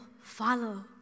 follow